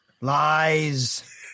Lies